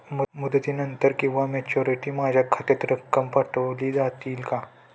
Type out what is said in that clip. मुदतीनंतर किंवा मॅच्युरिटी माझ्या खात्यात रक्कम पाठवली जाईल का?